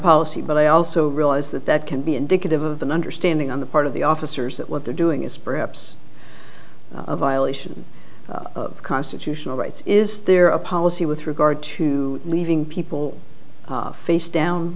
policy but i also realize that that can be indicative of the understanding on the part of the officers that what they're doing is perhaps a violation of constitutional rights is there a policy with regard to leaving people face down